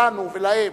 ולנו ולהם.